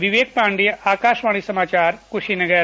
विवेक पाण्डेय आकाशवाणी समाचार कुशीनगर